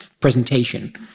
presentation